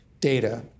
data